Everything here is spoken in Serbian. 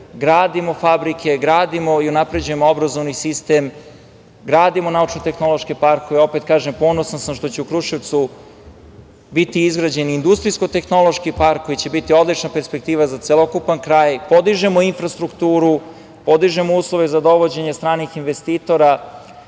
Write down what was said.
Gradimo fabrike, gradimo i unapređujemo obrazovni sistem, gradimo naučno-tehnološke parkove. Opet kažem, ponosan sam što će u Kruševcu biti izgrađen i industrijsko-tehnološki park koji će biti odlična perspektiva za celokupan kraj. Podižemo infrastrukturu, podižemo uslove za dovođenje stranih investitora,